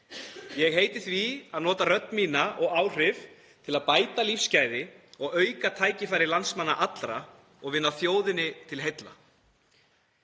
Ég heiti því að nota rödd mína og áhrif til að bæta lífsgæði og auka tækifæri landsmanna allra og vinna þjóðinni til heilla.